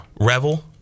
Revel